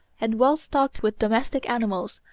and well stocked with domestic animals,